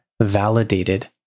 validated